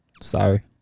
sorry